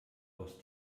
aus